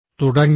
തുടങ്ങിയവ